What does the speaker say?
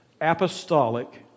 apostolic